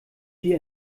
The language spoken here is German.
die